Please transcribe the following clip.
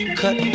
cut